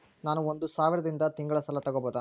ನಾನು ಒಂದು ಸಾವಿರದಿಂದ ತಿಂಗಳ ಸಾಲ ತಗಬಹುದಾ?